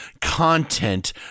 content